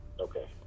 Okay